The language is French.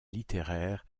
littéraire